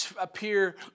appear